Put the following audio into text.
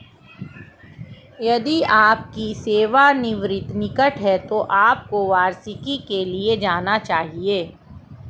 यदि आपकी सेवानिवृत्ति निकट है तो आपको वार्षिकी के लिए जाना चाहिए